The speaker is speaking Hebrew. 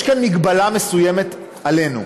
יש כאן מגבלה מסוימת עלינו,